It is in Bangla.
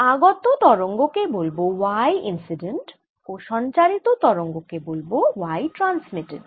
আগত তরঙ্গ কে বলব y ইন্সিডেন্ট ও সঞ্চারিত তরঙ্গ কে বলব y ট্রান্সমিটেড